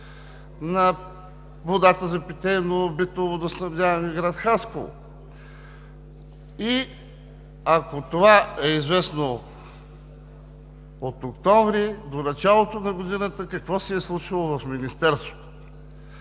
на водата за питейно-битово водоснабдяване в град Хасково? И ако това е известно от октомври до началото на годината, какво се е случвало в Министерството?